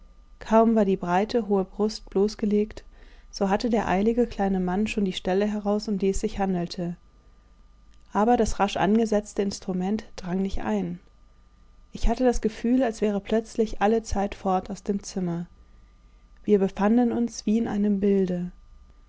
kaum war die breite hohe brust bloßgelegt so hatte der eilige kleine mann schon die stelle heraus um die es sich handelte aber das rasch angesetzte instrument drang nicht ein ich hatte das gefühl als wäre plötzlich alle zeit fort aus dem zimmer wir befanden uns wie in einem bilde